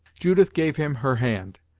judith gave him her hand,